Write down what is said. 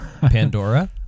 Pandora